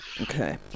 okay